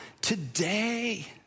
today